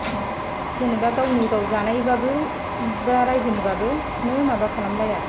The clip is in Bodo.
जेनेबा गावनि गाव जानायबाबो एबा राइजोनिबाबो खुनु माबा खालामलाया